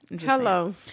Hello